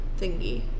thingy